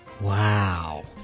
Wow